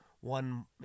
one